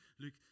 Luke